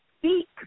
speak